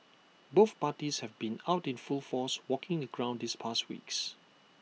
both parties have been out in full force walking the ground these past weeks